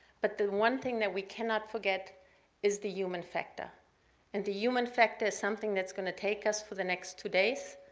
but the one thing that we cannot fore get is the human factor and the human factor is something that's going to take us for the next two days.